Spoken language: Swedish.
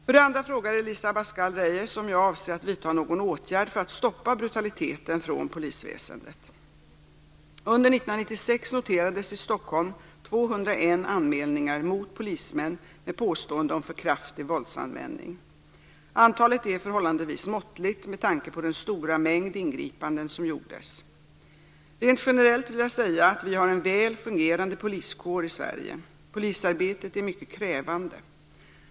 För det andra frågar Elisa Abascal Reyes om jag avser att vidta någon åtgärd för att stoppa brutaliteten från polisväsendet. Under 1996 noterades i Stockholm 201 anmälningar mot polismän med påstående om för kraftig våldsanvändning. Antalet är förhållandevis måttligt med tanke på den stora mängd ingripanden som gjordes. Rent generellt vill jag säga att vi har en väl fungerande poliskår i Sverige. Polisarbetet är mycket krävande.